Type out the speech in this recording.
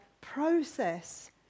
process